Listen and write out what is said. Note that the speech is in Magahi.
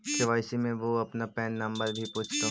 के.वाई.सी में वो आपका पैन नंबर भी पूछतो